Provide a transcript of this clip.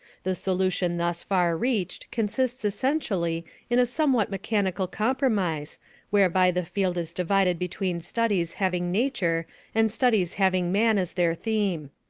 the solution thus far reached consists essentially in a somewhat mechanical compromise whereby the field is divided between studies having nature and studies having man as their theme.